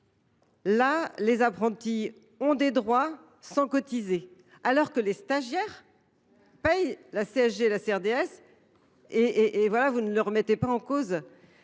les apprentis ont des droits sans cotiser, alors que les stagiaires paient la CSG CRDS. Or personne ne remet cela en cause.